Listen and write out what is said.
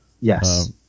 Yes